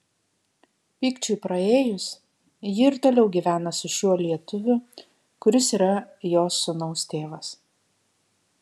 pykčiui praėjus ji ir toliau gyvena su šiuo lietuviu kuris yra jos sūnaus tėvas